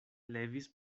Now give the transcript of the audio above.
levis